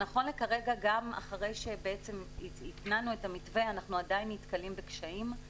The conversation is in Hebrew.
נכון לעכשיו גם אחרי שהתנענו את המתווה אנחנו עדיין נתקלים בקשיים.